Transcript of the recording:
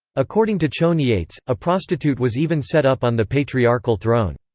according to choniates, a prostitute was even set up on the patriarchal throne.